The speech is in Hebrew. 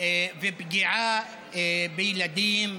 ופגיעה בילדים,